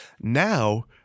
Now